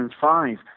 2005